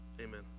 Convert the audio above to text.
Amen